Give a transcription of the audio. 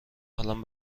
حالم